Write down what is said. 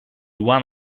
one